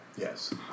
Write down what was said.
Yes